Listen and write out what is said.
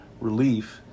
relief